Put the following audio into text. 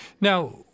Now